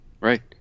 Right